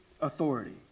authority